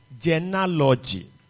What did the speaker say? genealogy